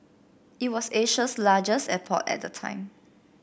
it was Asia's largest airport at the time